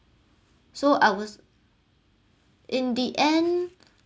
so I was in the end